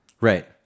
Right